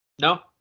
No